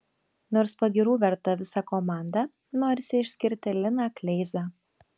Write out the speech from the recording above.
nors pagyrų verta visa komanda norisi išskirti liną kleizą